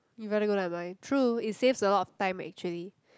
you better go down and buy true it saves a lot of time actually